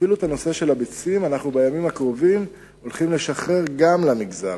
אפילו את הנושא של הביצים בימים הקרובים אנו הולכים לשחרר גם למגזר,